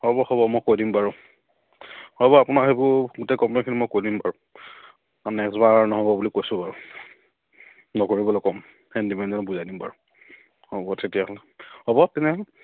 হ'ব হ'ব মই কৈ দিম বাৰু হ'ব আপোনাক সেইবোৰ গোটেই কমপ্লেইখিনি মই কৈ দিম বাৰু নেক্সট বাৰ নহ'ব বুলি কৈছোঁ বাৰু নকৰিবলে ক'ম হেণ্ডিমেণ্ডজনক বুজাই দিম বাৰু হ'ব তেতিয়াহ'লে হ'ব তেনেহ'লে